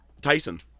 tyson